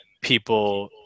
people